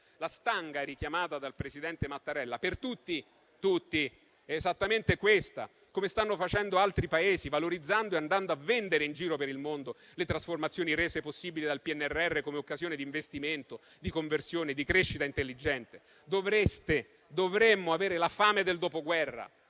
La stanga richiamata dal presidente Mattarella per tutti è esattamente questa, come stanno facendo altri Paesi, valorizzando e andando a vendere in giro per il mondo le trasformazioni rese possibili dal PNRR come occasione di investimento, di conversione, di crescita intelligente. Dovreste e dovremmo avere la fame del Dopoguerra,